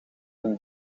het